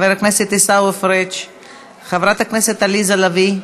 חבר הכנסת עיסאווי פריג'; חברת הכנסת עליזה לביא,